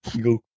go